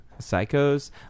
Psychos